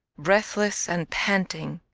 breathless and panting,